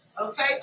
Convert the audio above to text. Okay